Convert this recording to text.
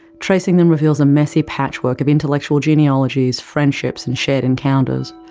tracing them reveals a messy patchwork of intellectual genealogies, friendships and shared encounters,